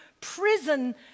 prison